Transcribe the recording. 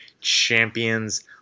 Champions